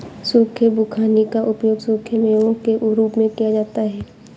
सूखे खुबानी का उपयोग सूखे मेवों के रूप में किया जाता है